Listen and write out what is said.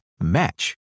match